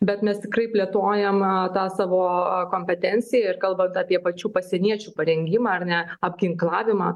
bet mes tikrai plėtojame tą savo kompetenciją ir kalbant apie pačių pasieniečių parengimą ar ne apginklavimą